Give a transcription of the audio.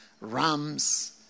rams